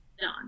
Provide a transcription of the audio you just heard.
done